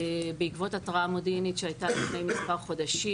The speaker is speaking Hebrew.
בעקבות התרעה מודיעינית שהייתה לפני מספר חודשים